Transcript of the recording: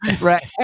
Right